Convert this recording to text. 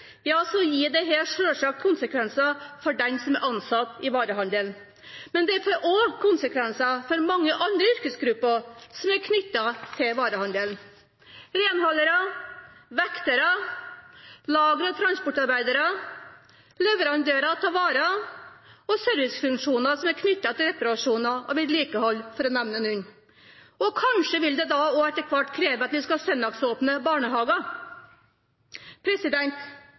ja så får dette selvsagt konsekvenser for dem som er ansatt i varehandelen. Men det får også konsekvenser for mange andre yrkesgrupper som er knyttet til varehandelen: renholdere, vektere, lager- og transportarbeidere, leverandører av varer og servicefunksjoner som er knyttet til reparasjoner og vedlikehold – for å nevne noe. Kanskje vil det også etter hvert kreve at vi skal ha søndagsåpne barnehager.